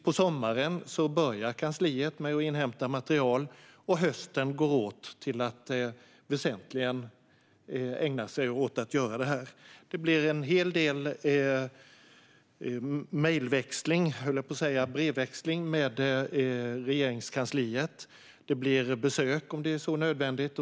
På sommaren börjar kansliet med att inhämta material, och hösten går väsentligen åt till att ägna sig åt detta. Det blir en hel del mejlväxling med Regeringskansliet, och besök om så är nödvändigt.